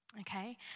Okay